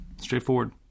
Straightforward